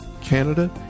Canada